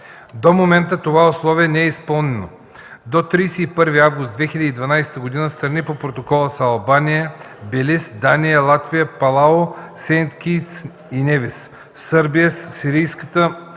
До момента това условие не е изпълнено. До 31 август 2012 г. страни по протокола са: Албания, Белиз, Дания, Латвия, Палау, Сейнт Китс и Невис, Сърбия, Сирийската арабска